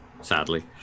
sadly